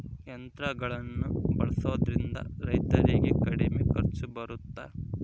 ಯಂತ್ರಗಳನ್ನ ಬಳಸೊದ್ರಿಂದ ರೈತರಿಗೆ ಕಡಿಮೆ ಖರ್ಚು ಬರುತ್ತಾ?